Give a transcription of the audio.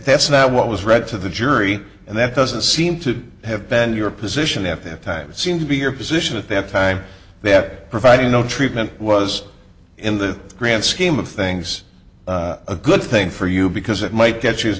that's not what was read to the jury and that doesn't seem to have been your position at that time seemed to be your position at that time they had provided no treatment was in the grand scheme of things a good thing for you because it might get